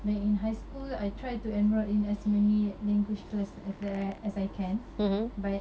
back in high school I try to enroll in as many language class as I can